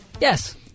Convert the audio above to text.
Yes